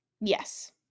Yes